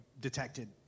detected